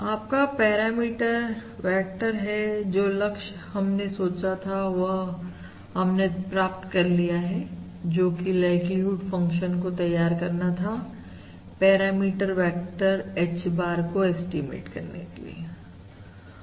आपका parameter vector है जो लक्ष्य हमने सोचा था वह हमने प्राप्त कर लिया है जोकि लाइक्लीहुड फंक्शन को तैयार करना था पैरामीटर वेक्टर H bar को एस्टीमेट करने के लिए